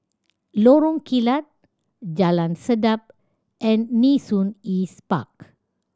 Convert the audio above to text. Lorong Kilat Jalan Sedap and Nee Soon East Park